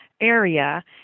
area